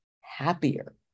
happier